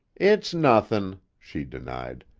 it's nothin', she denied.